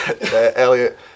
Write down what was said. Elliot